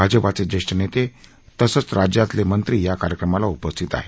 भाजपाचे ज्येष्ठ नेते तसंच राज्यातले मंत्री या कार्यक्रमाला उपस्थित आहेत